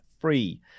free